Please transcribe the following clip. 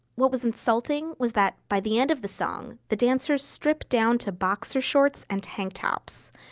what was insulting was that by the end of the song, the dancers stripped down to boxer shorts and tanktops.